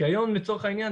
כי היום לצורך העניין,